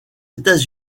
états